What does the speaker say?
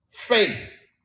Faith